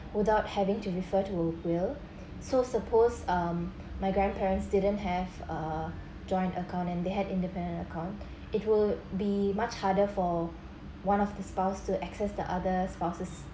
without having to refer to a will so suppose um my grandparents didn't have a joint account and they had independent account it would be much harder for one of the spouse to access the other spouse's